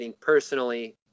personally